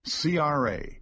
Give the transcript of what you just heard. CRA